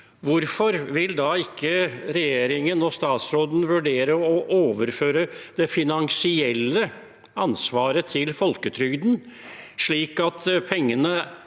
Hvorfor vil da ikke regjeringen og statsråden vurdere å overføre det finansielle ansvaret til folketrygden, slik at pengene